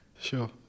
Sure